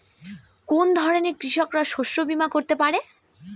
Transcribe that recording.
কোন ধরনের কৃষকরা শস্য বীমা করতে পারে?